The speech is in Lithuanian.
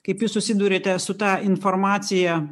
kaip jūs susiduriate su ta informacija